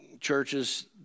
churches